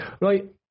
right